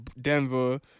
Denver